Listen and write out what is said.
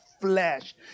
flesh